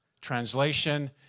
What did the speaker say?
Translation